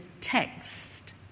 text